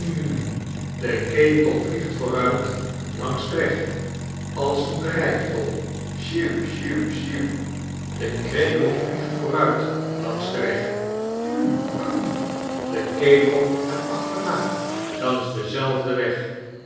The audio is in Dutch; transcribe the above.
de ketel vmiegt voorudt langs den weg als een drijftol sjierp sjierp sjierp t de krekel vliegt voorudt langs den weg hum m de ketel hem achterna langs den zelfden weg